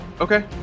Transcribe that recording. Okay